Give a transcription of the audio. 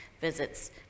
visits